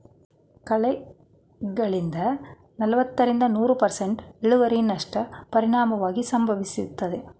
ಕಳೆಗಳಿಂದ ನಲವತ್ತರಿಂದ ನೂರು ಪರ್ಸೆಂಟ್ನಸ್ಟು ಇಳುವರಿನಷ್ಟ ಪರಿಣಾಮವಾಗಿ ಸಂಭವಿಸ್ತದೆ